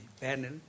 panel